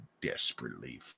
desperately